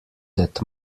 that